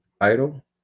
idle